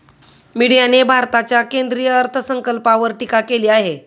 मीडियाने भारताच्या केंद्रीय अर्थसंकल्पावर टीका केली आहे